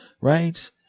right